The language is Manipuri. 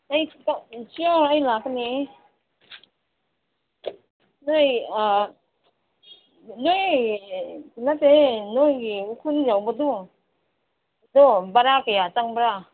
ꯑꯩ ꯁꯤꯌꯣꯔ ꯑꯩ ꯂꯥꯛꯀꯅꯤ ꯅꯣꯏ ꯑꯥ ꯅꯣꯏ ꯅꯠꯇꯦ ꯅꯣꯏꯒꯤ ꯎꯈ꯭ꯔꯨꯜ ꯌꯧꯕꯗꯣ ꯑꯗꯣ ꯕꯥꯔꯥ ꯀꯌꯥ ꯆꯪꯕ꯭ꯔꯥ